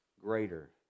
greater